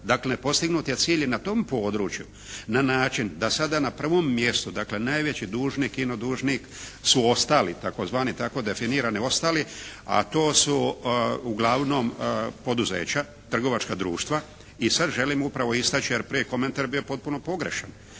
Daklem postignut je cilj i na tom području na način da sada na prvom mjestu, dakle najveći dužnik, ino dužnik su ostali tzv. tako definirani ostali, a to su uglavnom poduzeća, trgovačka društva. I sada želim upravo istaći jer prije je komentar bio potpuno pogrešan.